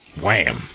Wham